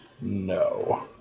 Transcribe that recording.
no